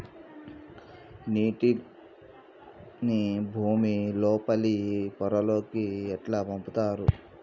నీటిని భుమి లోపలి పొరలలోకి ఎట్లా పంపుతరు?